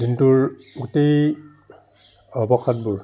দিনটোৰ গোটেই অৱসাদবোৰ